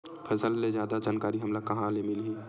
फसल के जादा जानकारी हमला कहां ले मिलही?